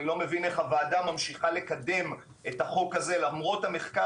אני לא מבין איך הוועדה ממשיכה לקדם את החוק הזה למרות המחקר